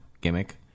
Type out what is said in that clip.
Gimmick